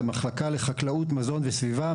המחלקה לחקלאות מזון וסביבה,